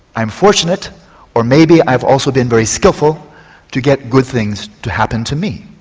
i'm fortunate or maybe i've also been very skilful to get good things to happen to me.